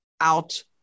out